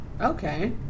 Okay